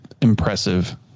impressive